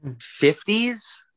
fifties